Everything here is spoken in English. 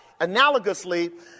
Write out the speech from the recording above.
analogously